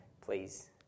please